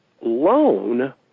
loan